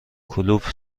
کلوپ